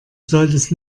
solltest